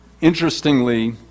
Interestingly